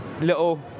little